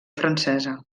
francesa